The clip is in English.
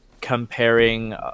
comparing